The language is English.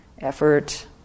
effort